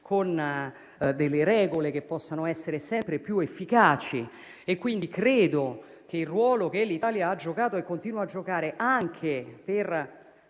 con delle regole che possano essere sempre più efficaci. Ritengo pertanto che il ruolo che l'Italia ha giocato e continua a giocare anche per